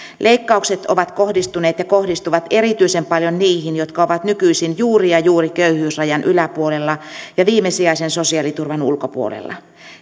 leikkaukset ovat kohdistuneet ja kohdistuvat erityisen paljon niihin jotka ovat nykyisin juuri ja juuri köyhyysrajan yläpuolella ja viimesijaisen sosiaaliturvan ulkopuolella